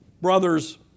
brother's